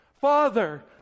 Father